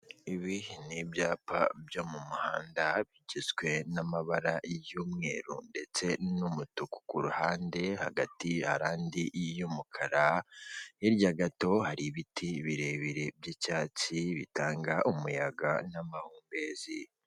Ibi n ibyapa byo mu muhanda bigizwe n'amabara y'umweru ndetse n'umutuku, ku ruhande hagati hari andi y'umukara, hirya gato hari ibiti birebire by'icyatsi bitanga umuyaga n'amahumbezi.